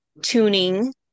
tuning